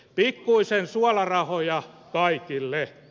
pikkuisen suolarahoja kaikille